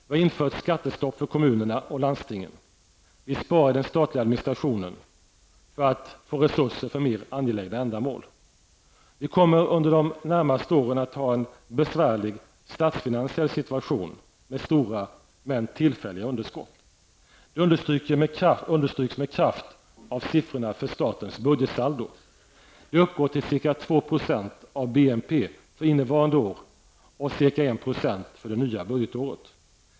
Vi har infört skattestopp för kommuner och landsting. Vi sparar i den statliga administrationen för att få resurser för mer angelägna ändamål. Vi kommer under de närmaste åren att ha en besvärlig statsfinansiell situation med stora, men tillfälliga, underskott. Det understryks med kraft av siffrorna för statens budgetsaldo. Det uppgår till ca 2 % av BNP för innevarande år och ca 1 % för det nya budgetåret.